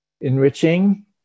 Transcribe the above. enriching